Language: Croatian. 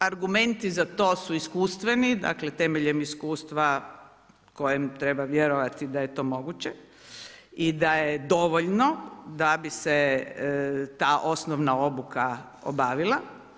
Argumenti za to su iskustveni dakle temeljem iskustva kojem treba vjerovati da je to moguće i da je dovoljno da bi se ta osnovna obuka obavila.